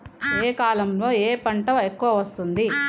ఏ కాలంలో ఏ పంట ఎక్కువ వస్తోంది?